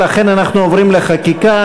לכן אנחנו עוברים לחקיקה.